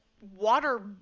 water